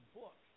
book